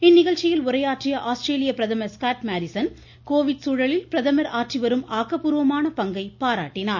இந்நிகழ்ச்சியில் உரையாற்றிய ஆஸ்திரேலிய பிரதமர் ஸ்காட் மாரிஸன் கோவிட் சூழலில் பிரதமர் ஆற்றிவரும் ஆக்கப்பூர்வமான பங்கை பாராட்டினார்